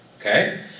Okay